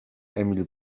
emil